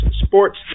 sports